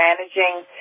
managing